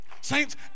Saints